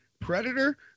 predator